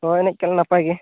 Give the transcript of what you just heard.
ᱦᱳᱭ ᱮᱱᱮᱡ ᱠᱟᱱᱟᱞᱮ ᱱᱟᱯᱟᱭ ᱜᱮ